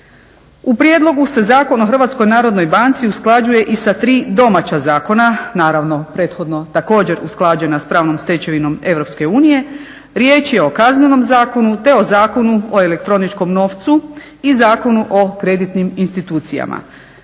U prijedlogu se Zakon o Hrvatskoj narodnoj banci usklađuje i sa tri domaća zakona, naravno prethodno također usklađena sa pravnom stečevinom EU, riječ je o Kaznenom zakonu, te o Zakonu o elektroničkom novcu, i Zakonu o kreditnim institucijama.